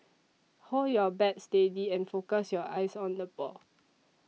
hold your bat steady and focus your eyes on the ball